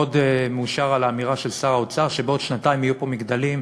אני מאוד מאושר מהאמירה של שר האוצר שבעוד שנתיים יהיו פה מגדלים,